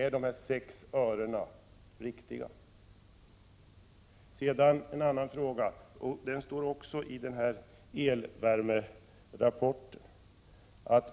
Är uppgiften om 6 öre riktig? Sedan till en annan fråga, som också har tagits upp i elvärmerapporten.